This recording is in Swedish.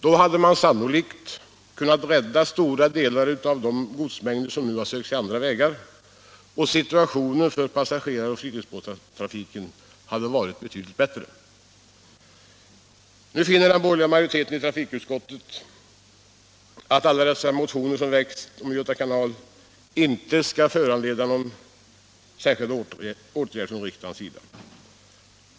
Då hade man sannolikt kunnat rädda stora delar av de godsmängder som nu sökt sig andra vägar, och situationen för passagerar och fritidsbåtstrafiken hade varit betydligt bättre. Nu finner den borgerliga majoriteten i trafikutskottet att alla dessa motioner som väckts om Göta kanal inte skall föranleda någon särskild åtgärd från riksdagens sida.